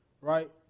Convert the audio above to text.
right